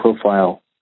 profile